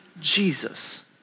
Jesus